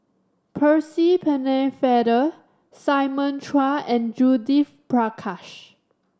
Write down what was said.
Percy Pennefather Simon Chua and Judith Prakash